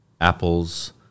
apples